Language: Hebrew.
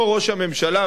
כמו ראש הממשלה,